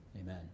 Amen